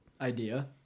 idea